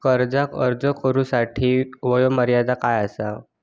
कर्जाक अर्ज करुच्यासाठी वयोमर्यादा काय आसा?